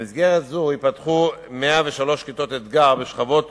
במסגרת זאת ייפתחו 103 כיתות אתג"ר לשכבות